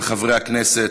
חברות וחברי הכנסת,